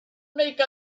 make